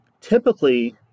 typically